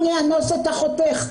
אני אאנוס את אחותך.